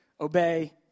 obey